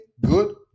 good